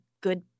good